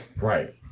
right